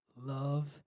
love